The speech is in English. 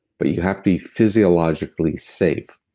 but you have to be physiologically safe.